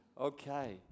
Okay